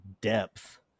depth